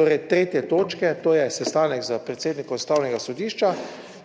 torej tretje točke, to je sestanek s predsednikom Ustavnega sodišča,